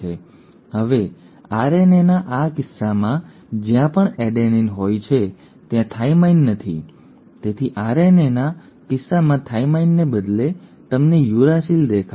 હવે આરએનએના કિસ્સામાં જ્યાં પણ એડેનીન હોય છે ત્યાં થાઇમાઇન નથી તેથી આરએનએના કિસ્સામાં થાઇમાઇનને બદલે તમને યુરાસિલ દેખાશે